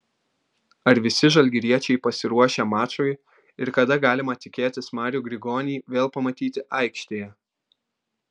ar visi žalgiriečiai pasiruošę mačui ir kada galima tikėtis marių grigonį vėl pamatyti aikštėje